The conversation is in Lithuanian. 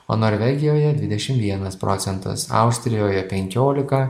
o norvegijoje dvidešim vienas procentas austrijoje penkiolika